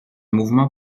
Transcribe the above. mouvement